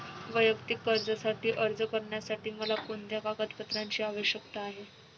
वैयक्तिक कर्जासाठी अर्ज करण्यासाठी मला कोणत्या कागदपत्रांची आवश्यकता आहे?